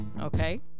okay